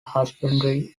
husbandry